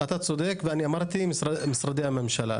אתה צודק ואני אמרתי, משרדי הממשלה.